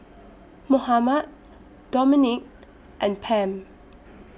Mohamed Dominique and Pam